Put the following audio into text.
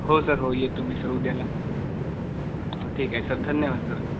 हो सर हो येतो मी सर उदयाला हो ठीक आहे सर धन्यवाद सर